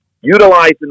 utilizing